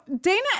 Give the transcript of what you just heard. Dana